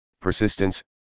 persistence